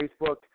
Facebook